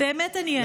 באמת אני אענה.